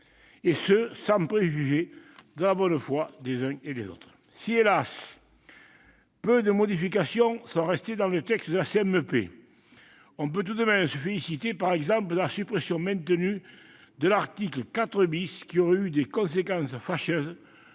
sans préjuger la bonne foi des uns et des autres. Si, hélas, peu de ces modifications sont restées dans le texte de la CMP, on peut tout de même se féliciter, notamment, du maintien de la suppression de l'article 4 , qui aurait eu des conséquences fâcheuses